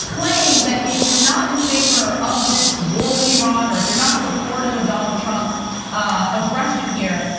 claim that if you're not in favor of this war with iran or if you're not supportive of donald trump's aggression here,